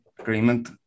agreement